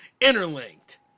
interlinked